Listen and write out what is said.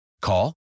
Call